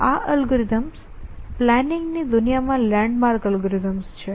આ algorithms planning ની દુનિયામાં લેન્ડ માર્ક એલ્ગોરિધમ્સ છે